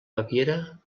baviera